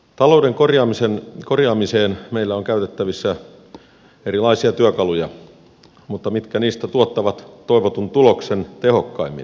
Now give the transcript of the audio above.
talouden korjaamiseen meillä on käytettävissä erilaisia työkaluja mutta mitkä niistä tuottavat toivotun tuloksen tehokkaimmin